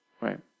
right